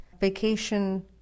vacation